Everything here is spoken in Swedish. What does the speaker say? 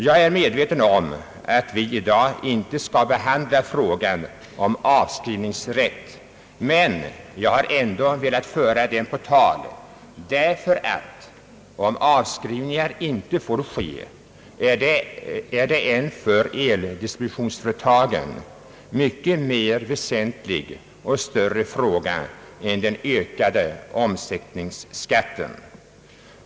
Jag är medveten om att vi i dag inte skall behandla frågan om avskrivningsrätten, men jag har ändå velat föra den på tal, ty om avskrivningar inte får ske är det en för eldistributionsföretagen mycket väsentligare och större fråga än den om ökad omsättningsskatt.